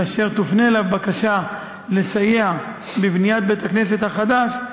כאשר תופנה אליו בקשה לסייע בבניית בית-הכנסת החדש,